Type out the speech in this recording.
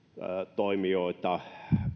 toimijoita